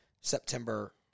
September